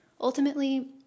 ultimately